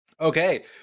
Okay